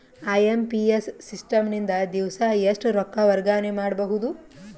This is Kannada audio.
ಐ.ಎಂ.ಪಿ.ಎಸ್ ಸಿಸ್ಟಮ್ ನಿಂದ ದಿವಸಾ ಎಷ್ಟ ರೊಕ್ಕ ವರ್ಗಾವಣೆ ಮಾಡಬಹುದು?